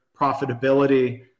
profitability